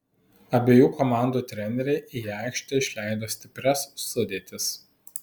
abiejų komandų treneriai į aikštę išleido stiprias sudėtis